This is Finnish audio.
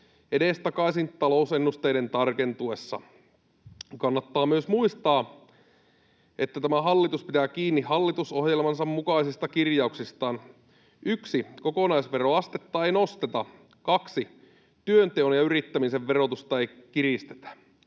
edestakaisin talousennusteiden tarkentuessa. Kannattaa myös muistaa, että tämä hallitus pitää kiinni hallitusohjelmansa mukaisista kirjauksistaan: 1) kokonaisveroastetta ei nosteta, 2) työnteon ja yrittämisen verotusta ei kiristetä.